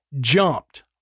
jumped